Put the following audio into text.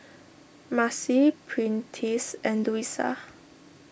Marcy Prentice and Luisa